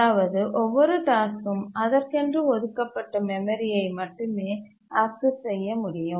அதாவது ஒவ்வொரு டாஸ்க்கும் அதற்கென்று ஒதுக்கப்பட்ட மெமரியை மட்டுமே ஆக்சஸ் செய்ய முடியும்